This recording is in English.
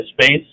space